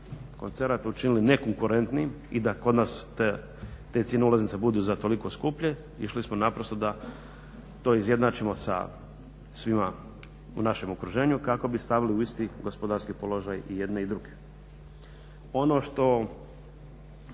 koncerata učinili nekonkurentnijima i da kod nas te cijene ulaznica budu za toliko skuplje išli smo naprosto da to izjednačimo sa svima u našem okruženju kako bi stavili u isti gospodarski položaj i jedne i druge. Ono što